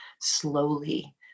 slowly